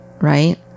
right